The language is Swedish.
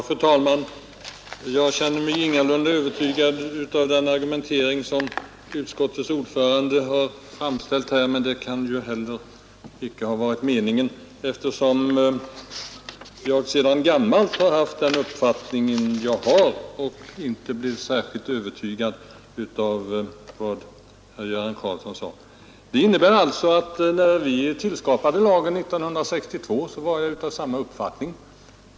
Fru talman! Jag känner mig ingalunda övertygad av den argumentering som utskottets ordförande har framlagt här, men det kan väl heller icke ha varit meningen, eftersom jag sedan gammalt har hyst den uppfattning jag har och följaktligen inte blivit särskilt övertygad av vad herr Göran Karlsson sade. Det innebär alltså att jag, när vi tillskapade denna lag år 1962, var av samma uppfattning som jag är nu.